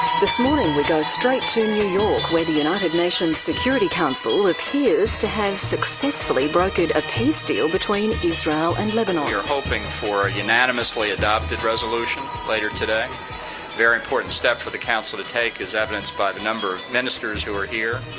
this morning we go straight to new york where the united nations security council appears to have successfully brokered a peace deal between israel and lebanon. we're hoping for unanimously adopted resolution later today a very important step for the council to take, as evidenced by the number of ministers who are here.